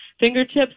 fingertips